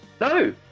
No